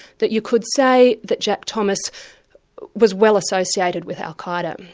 that you could say that jack thomas was well associated with al-qa'eda.